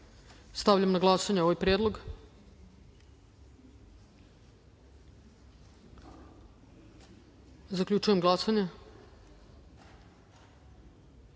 njih. Stavljam na glasanje ovaj predlog. Zaključujem glasanje: